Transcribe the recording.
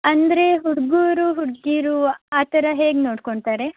ಅಂದರೆ ಹುಡುಗರು ಹುಡುಗಿಯರು ಆ ಥರ ಹೇಗೆ ನೋಡ್ಕೊಂತಾರೆ